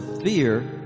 fear